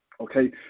Okay